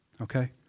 Okay